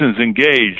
engaged